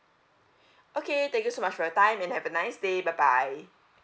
okay thank you so much for your time and have a nice day bye bye